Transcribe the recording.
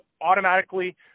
automatically